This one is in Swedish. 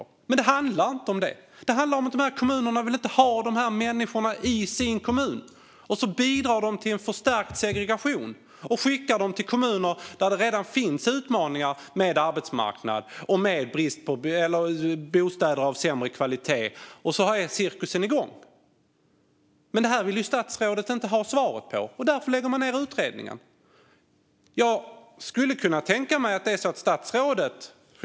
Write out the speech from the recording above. Men det handlar inte om det. Det handlar om att de här kommunerna inte vill ha dessa människor i sin kommun. Och så bidrar de till en förstärkt segregation genom att skicka dem till kommuner där det redan finns utmaningar med arbetsmarknad och med bostäder av sämre kvalitet. Så är cirkusen igång. Men detta vill statsrådet inte ha svar på, och därför läggs utredningen ned.